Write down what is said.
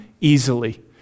easily